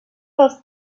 dels